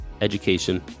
education